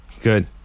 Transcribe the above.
good